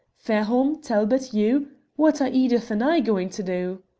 fairholme, talbot, you what are edith and i going to do?